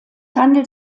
handelt